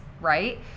right